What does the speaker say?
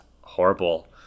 horrible